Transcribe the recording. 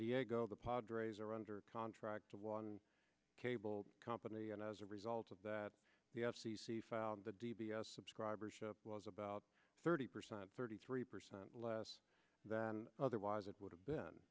diego the padres are under contract to one cable company and as a result of that the f c c found the d b s subscribership was about thirty percent thirty three percent less than otherwise it would have been